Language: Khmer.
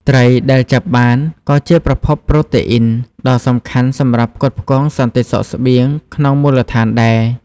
ត្រីដែលចាប់បានក៏ជា ប្រភពប្រូតេអ៊ីន ដ៏សំខាន់សម្រាប់ផ្គត់ផ្គង់សន្តិសុខស្បៀងក្នុងមូលដ្ឋានដែរ។